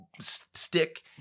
stick